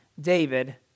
David